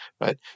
right